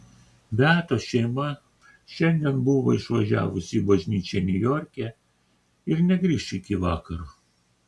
beatos šeima šiandien buvo išvažiavusi į bažnyčią niujorke ir negrįš iki vakaro